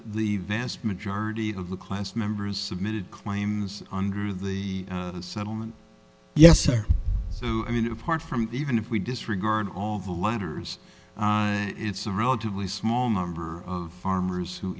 the vast majority of the class members submitted claims under the settlement yes or i mean apart from even if we disregard all the letters it's a relatively small number of farmers who